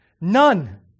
none